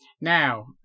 Now